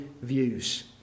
views